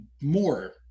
more